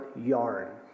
yarn